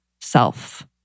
self